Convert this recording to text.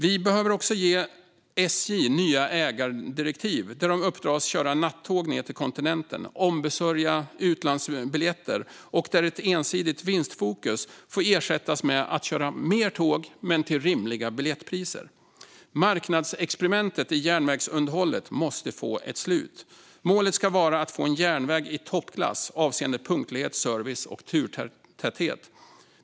Vi behöver också ge SJ nya ägardirektiv där de uppdras att köra nattåg ned till kontinenten och ombesörja utlandsbiljetter och där ett ensidigt vinstfokus får ersättas med att köra mer tåg men till rimliga biljettpriser. Marknadsexperimentet i järnvägsunderhållet måste få ett slut. Målet ska vara att få en järnväg i toppklass avseende punktlighet, service och turtäthet.